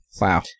Wow